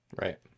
Right